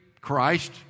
Christ